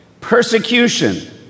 persecution